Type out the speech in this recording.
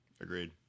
agreed